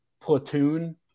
platoon